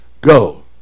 Go